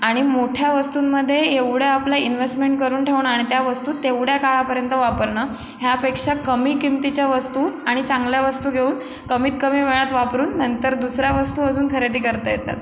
आणि मोठ्या वस्तूंमध्ये एवढ्या आपलं इन्व्हेस्टमेंट करून ठेवणं आणि त्या वस्तू तेवढ्या काळापर्यंत वापरणं ह्यापेक्षा कमी किमतीच्या वस्तू आणि चांगल्या वस्तू घेऊन कमीत कमी वेळात वापरुन नंतर दुसऱ्या वस्तू अजून खरेदी करता येतात